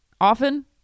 Often